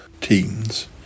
teens